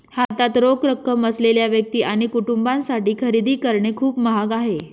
हातात रोख रक्कम असलेल्या व्यक्ती आणि कुटुंबांसाठी खरेदी करणे खूप महाग आहे